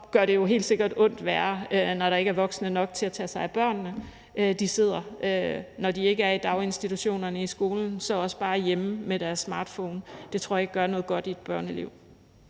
så gør det jo helt sikkert ondt værre, når der ikke er voksne nok til at tage sig af børnene. De sidder, når de ikke er i daginstitutionerne og i skolen, så også bare hjemme med deres smartphone, og det tror jeg ikke gør noget godt i et børneliv.